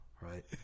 right